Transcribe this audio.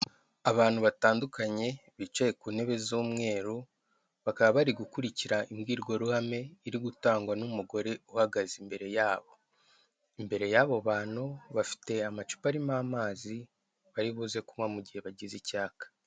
Abantu batandukanye bicaye ku ntebe z'umweru bakaba bari gukurikira imbwirwaruhame iri gutangwa n'umugore uhagaze imbere yabo. Imbere y'abo bantu bafite amacupa arimo amazi bari buze kunywa mu gihe bagize icyaka.